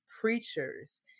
Preachers